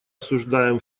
осуждаем